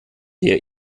der